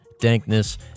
dankness